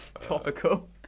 Topical